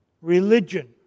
religion